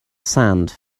sand